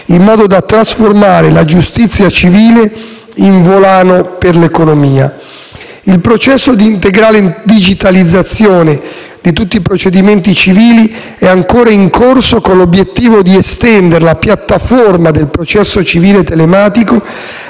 in modo da trasformare la giustizia civile in volano per l'economia. Il processo di integrale digitalizzazione di tutti i procedimenti civili è ancora in corso con l'obiettivo di estendere la piattaforma del processo civile telematico